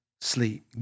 sleep